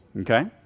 Okay